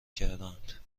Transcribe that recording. کردهاند